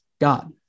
God